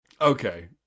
Okay